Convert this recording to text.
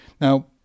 Now